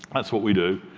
that's what we do.